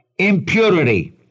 impurity